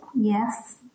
Yes